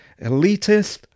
elitist